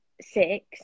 six